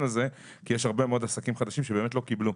כי יש הרבה מאוד עסקים חדשים שבאמת לא קיבלו.